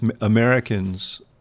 Americans